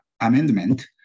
amendment